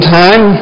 time